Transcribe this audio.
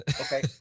Okay